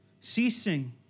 Ceasing